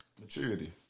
maturity